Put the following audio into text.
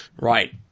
Right